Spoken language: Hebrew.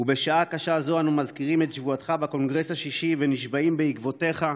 ובשעה קשה זו אנו מזכירים את שבועתך בקונגרס השישי ונשבעים בעקבותיך: